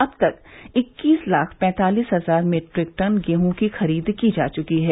अब तक इक्कीस लाख पैंतालीस हजार मीट्रिक टन गेहूँ की खरीद की जा चुकी है